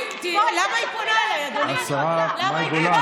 ואני לא הגבתי לה, אדוני היושב-ראש, עלובה,